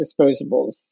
disposables